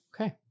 Okay